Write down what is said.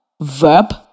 verb